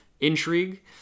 intrigue